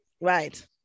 Right